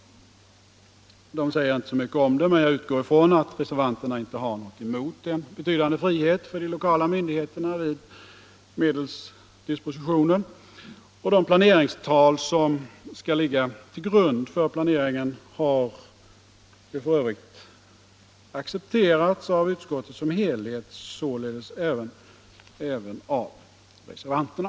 De säger inte mycket om det, men jag utgår från att reservanterna inte har något emot en betydande frihet för de lokala myndigheterna vid medelsdispositionen. De planeringstal som skall ligga till grund för planeringen har för övrigt accepterats av utskottet som helhet, även av reservanterna.